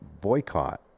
boycott